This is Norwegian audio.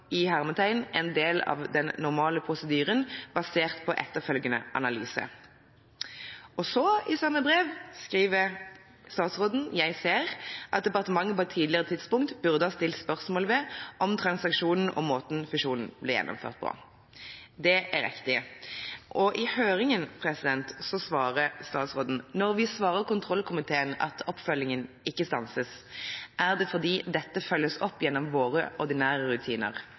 av den normale prosedyren, basert på etterfølgende analyse». I samme brev skriver statsråden at han ser «at departementet på et tidligere tidspunkt kunne ha stilt spørsmål om transaksjonene og måten fusjonen ble gjennomført på». Det er riktig. I høringen svarer statsråden: «når vi svarer kontrollkomiteen at oppfølgingen ikke stanses, er det fordi dette følges opp gjennom våre ordinære rutiner.